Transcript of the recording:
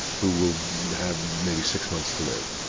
who will have maybe six months to live,